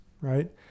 right